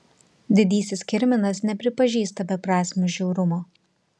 didysis kirminas nepripažįsta beprasmio žiaurumo